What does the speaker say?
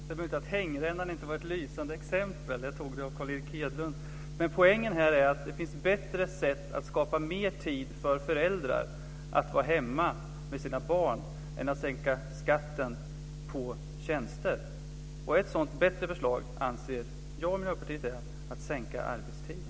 Fru talman! Det är möjligt att hängrännan inte var ett lysande exempel. Jag tog det av Carl Erik Hedlund. Men poängen här är att det finns bättre sätt att skapa mer tid för föräldrar att vara hemma med sina barn än att sänka skatten på tjänster. Ett sådant bättre förslag anser jag och Miljöpartiet är att sänka arbetstiden.